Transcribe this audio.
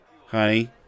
Honey